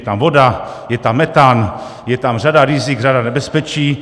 Je tam voda, je tam metan, je tam řada rizik, řada nebezpečí.